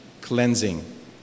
cleansing